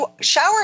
shower